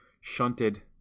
shunted